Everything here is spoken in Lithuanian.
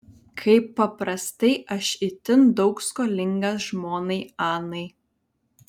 kaip paprastai aš itin daug skolingas žmonai anai